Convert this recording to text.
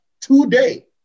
today